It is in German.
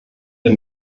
der